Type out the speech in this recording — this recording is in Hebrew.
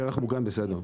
פרח מוגן זה בסדר.